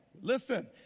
Listen